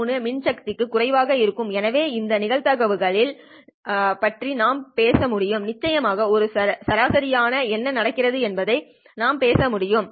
3 மின் சக்திக்கும் குறைவாக இருக்கும் எனவே இந்த நிகழ்வுகளின் நிகழ்தகவு பற்றி மட்டுமே நான் பேச முடியும் நிச்சயமாக ஒரு சராசரியாக என்ன நடக்கிறது என்பதைப் பற்றி பேச முடியும்